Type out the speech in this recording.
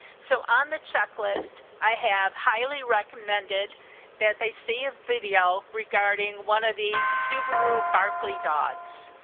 so on the checklist i have highly recommended that they see a video regarding one of the subaru barkley dogs.